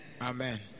Amen